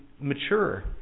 mature